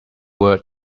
word